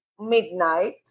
midnight